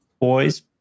boys